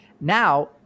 now